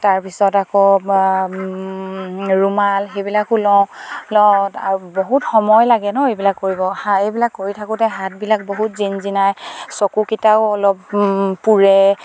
তাৰপিছত আকৌ ৰুমাল সেইবিলাকো লওঁ লওঁ আৰু বহুত সময় লাগে ন এইবিলাক কৰিব এইবিলাক কৰি থাকোঁতে হাতবিলাক বহুত জিন জিনাই চকুকিটাও অলপ পোৰে